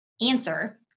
answer